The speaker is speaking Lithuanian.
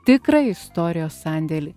tikrą istorijos sandėlį